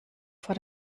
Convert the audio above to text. vor